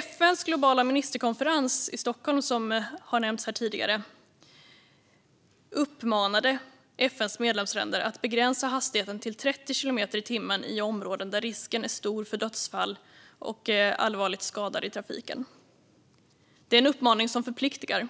FN:s globala ministerkonferens i Stockholm, som har nämnts här tidigare, uppmanade FN:s medlemsländer att begränsa hastigheten till 30 kilometer i timmen i områden där risken är stor för dödsfall och allvarligt skadade i trafiken. Det är en uppmaning som förpliktar.